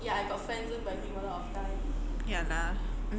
ya lah